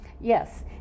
Yes